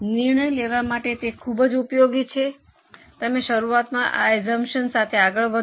નિર્ણય લેવા માટે તે ખૂબ ઉપયોગી છે તમે શરૂઆતમાં આ અસ્સુમ્પ્શન્સ સાથે આગળ વધો